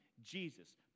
Jesus